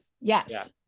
yes